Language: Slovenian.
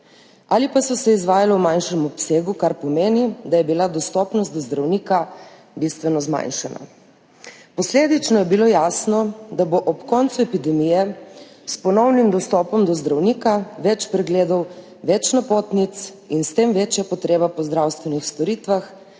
ali pa so se izvajale v manjšem obsegu, kar pomeni, da je bila dostopnost do zdravnika bistveno zmanjšana. Posledično je bilo jasno, da bo ob koncu epidemije s ponovnim dostopom do zdravnika več pregledov, več napotnic in s tem večja potreba po zdravstvenih storitvah